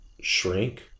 shrink